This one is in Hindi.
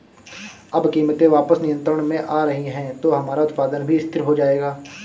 अब कीमतें वापस नियंत्रण में आ रही हैं तो हमारा उत्पादन भी स्थिर हो जाएगा